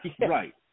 Right